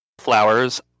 flowers